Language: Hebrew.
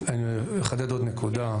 אני אחדד עוד נקודה.